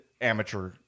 amateur